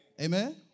Amen